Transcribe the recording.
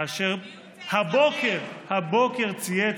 כאשר הבוקר, הבוקר, צייץ,